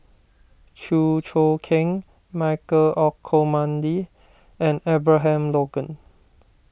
Chew Choo Keng Michael Olcomendy and Abraham Logan